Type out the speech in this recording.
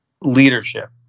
leadership